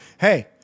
Hey